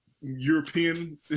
European